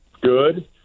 good